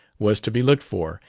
was to be looked for,